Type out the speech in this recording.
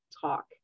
talk